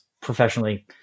professionally